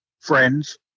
Friends